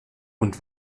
und